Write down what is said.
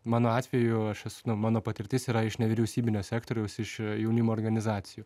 mano atveju aš esu na mano patirtis yra iš nevyriausybinio sektoriaus iš jaunimo organizacijų